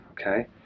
okay